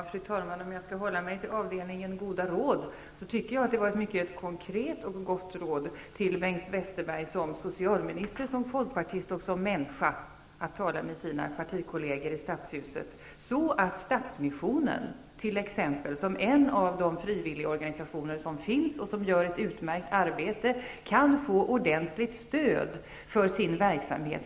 Fru talman! För att hålla mig till avdelningen goda råd, tycker jag att det var ett mycket konkret och gott råd som jag gav till Bengt Westerberg i egenskap av socialminister, folkpartist och människa, nämligen att han skulle tala med sina partikolleger i Stadshuset, detta för att t.ex. Stadsmissionen, en av de frivilligorganisationer som gör ett utmärkt arbete, kan få ett ordentligt stöd för sin verksamhet.